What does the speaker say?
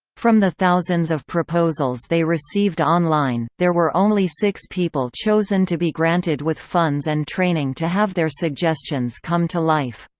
from the thousands of proposals they received online, there were only six people chosen to be granted with funds and training to have their suggestions come to life.